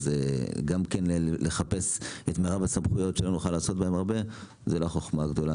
אז לחפש את מירב הסמכויות שלא נוכל לעשות בהם הרבה זאת לא חכמה גדולה.